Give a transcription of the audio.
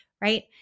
Right